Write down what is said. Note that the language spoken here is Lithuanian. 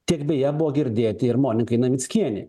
tiek beje buvo girdėti ir monikai navickienei